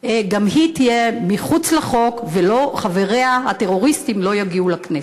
גם היא תהיה מחוץ לחוק וחבריה הטרוריסטים לא יגיעו לכנסת.